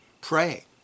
Pray